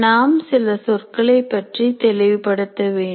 நாம் சில சொற்களைப் பற்றி தெளிவுபடுத்த வேண்டும்